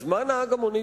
אז מה יעשה נהג המונית?